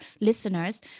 listeners